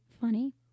funny